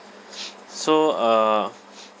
so uh